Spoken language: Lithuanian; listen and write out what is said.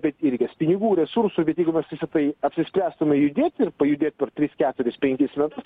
bet ir reikės pinigų resursų bet jeigu mes visa tai apsispręstume judėt ir pajudėt per tris keturis penkis metus